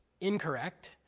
incorrect